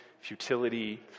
futility